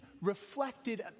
reflected